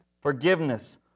forgiveness